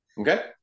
okay